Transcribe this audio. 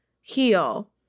heal